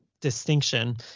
distinction